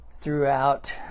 throughout